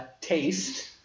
taste